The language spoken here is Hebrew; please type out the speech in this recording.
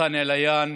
רסאן עליאן